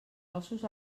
ossos